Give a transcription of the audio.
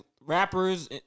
rappers